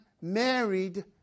married